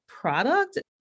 product